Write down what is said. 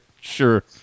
sure